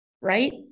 right